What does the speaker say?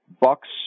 bucks